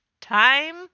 time